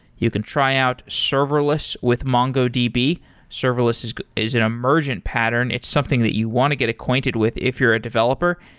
you can try out serverless with mongodb. serverless is is an emergent pattern. it's something that you want to get acquainted with if you're a developer,